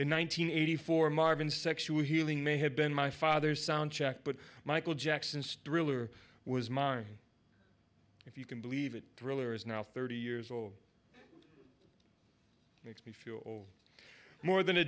hundred eighty four marvin sexual healing may have been my father's sound check but michael jackson's thriller was mine if you can believe it thriller is now thirty years old makes me feel more than a